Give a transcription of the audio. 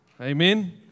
Amen